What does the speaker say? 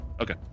okay